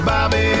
Bobby